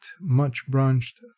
much-branched